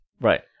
Right